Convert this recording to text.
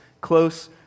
close